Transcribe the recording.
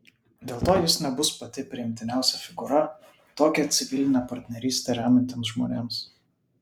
dėl to jis nebus pati priimtiniausia figūra tokią civilinę partnerystę remiantiems žmonėms